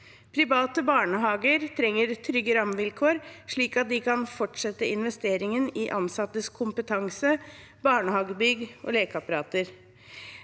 Private barnehager trenger trygge rammevilkår, slik at de kan fortsette investeringen i ansattes kompetanse, barnehagebygg og lekeapparater.